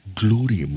glory